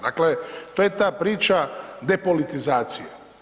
Dakle, to je ta priča depolitizacije.